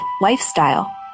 lifestyle